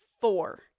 four